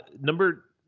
number